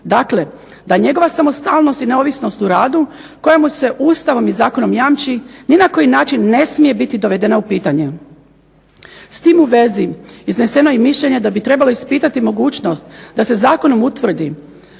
Dakle, da njegova samostalnost i neovisnost u radu koja mu se Ustavom i zakonom jamči ni na koji način ne smije biti dovedena u pitanje. S tim u vezi izneseno je i mišljenje da bi trebalo ispitati mogućnost da se zakonom utvrdi